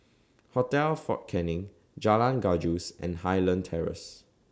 Hotel Fort Canning Jalan Gajus and Highland Terrace